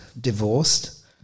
divorced